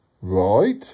right